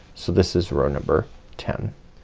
so this is row number ten.